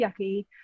yucky